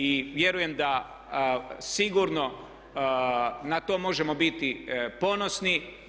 I vjerujem da sigurno na to možemo biti ponosni.